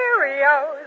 Cheerios